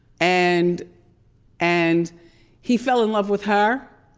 and and he fell in love with her